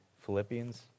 Philippians